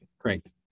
great